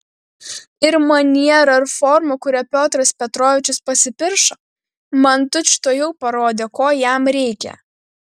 ir maniera ir forma kuria piotras petrovičius pasipiršo man tučtuojau parodė ko jam reikia